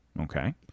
Okay